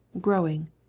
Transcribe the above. growing